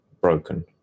broken